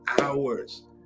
hours